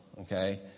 okay